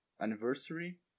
anniversary